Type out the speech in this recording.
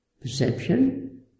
perception